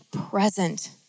present